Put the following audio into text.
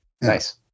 Nice